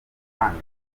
ahandi